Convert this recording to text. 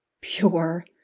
pure